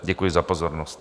Děkuji za pozornost.